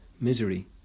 misery